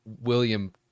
William